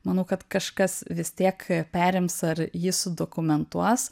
manau kad kažkas vis tiek perims ar jį sudokumentuos